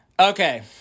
Okay